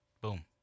boom